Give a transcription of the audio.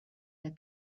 der